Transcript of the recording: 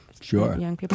Sure